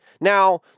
Now